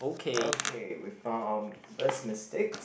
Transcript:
okay we found our first mistakes